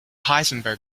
heisenberg